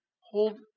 hold